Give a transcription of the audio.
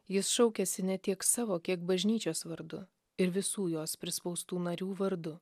jis šaukiasi ne tiek savo kiek bažnyčios vardu ir visų jos prispaustų narių vardu